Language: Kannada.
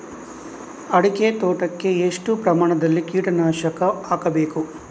ಅಡಿಕೆ ತೋಟಕ್ಕೆ ಎಷ್ಟು ಪ್ರಮಾಣದಲ್ಲಿ ಕೀಟನಾಶಕ ಹಾಕಬೇಕು?